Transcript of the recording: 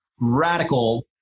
radical